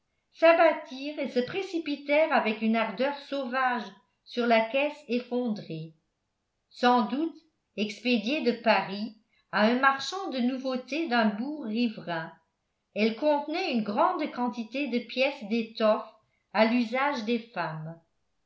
s'abattirent et se précipitèrent avec une ardeur sauvage sur la caisse effondrée sans doute expédiée de paris à un marchand de nouveautés d'un bourg riverain elle contenait une grande quantité de pièces d'étoffe à l'usage des femmes